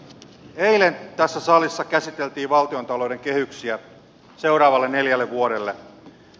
eilen tässä salissa käsiteltiin valtiontalouden kehyksiä seuraavalle neljälle vuodelle